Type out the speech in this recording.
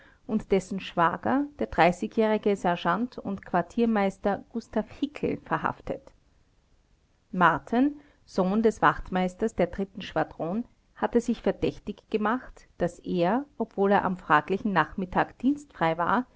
und dessen schwager der jährige sergeant und quartiermeister gustav hickel verhaftet marten sohn des wachtmeisters der dritten schwadron hatte sich verdächtig gemacht daß er obwohl er am fraglichen nachmittag dienstfrei war